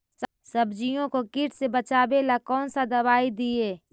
सब्जियों को किट से बचाबेला कौन सा दबाई दीए?